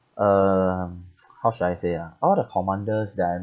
um how should I say ah all the commanders that I